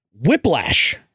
whiplash